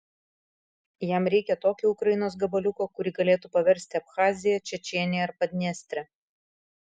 jam reikia tokio ukrainos gabaliuko kurį galėtų paversti abchazija čečėnija ar padniestre